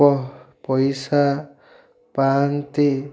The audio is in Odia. ପଇସା ପାଆନ୍ତି